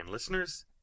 Listeners